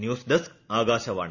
news desk Akashvani